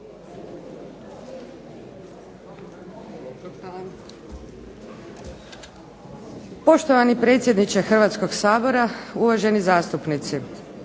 Poštovani predsjedniče Hrvatskog sabora, uvaženi zastupnici.